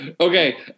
Okay